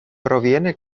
proviene